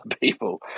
people